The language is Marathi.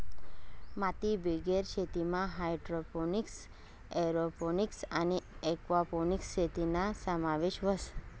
मातीबिगेर शेतीमा हायड्रोपोनिक्स, एरोपोनिक्स आणि एक्वापोनिक्स शेतीना समावेश व्हस